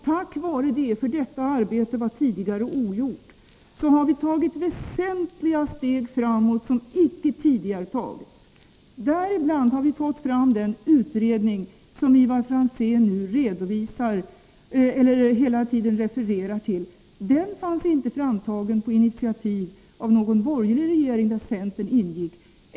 Tack vare detta — det arbetet var tidigare ogjort — har vi tagit väsentliga steg framåt, som icke tidigare tagits. Vi har bl.a. tagit fram den utredning som Ivar Franzén nu hela tiden refererar till. Den togs inte fram på initiativ av någon borgerlig regering där centern ingick.